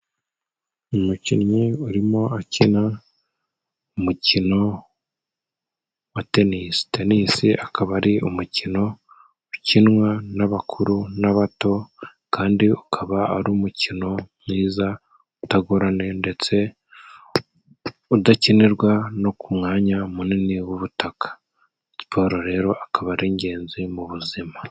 Umukinnyi urimo akina umukino wa tenisi. Tenisi akaba ari umukino ukinwa n'abakuru n'abato, kandi ukaba ari umukino mwiza utagoranye ndetse udakinirwa no ku mwanya munini w'ubutaka. Siporo rero akaba ari ingenzi mu buzima.